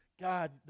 God